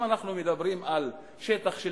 אם אנחנו מדברים על שטח של